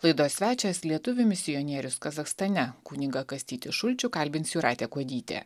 laidos svečias lietuvių misionierius kazachstane kunigą kastytį šulčių kalbins jūratė kuodytė